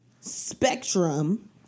spectrum